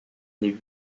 des